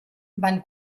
van